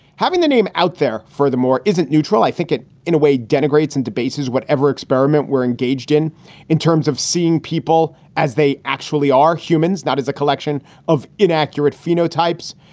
having the name out there, furthermore, isn't neutral. i think it in a way denigrates and debases whatever experiment we're engaged in in terms of seeing people as they actually are humans, not as a collection of inaccurate phenotypes.